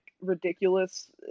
ridiculous